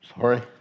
sorry